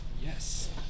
Yes